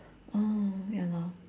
oh ya lor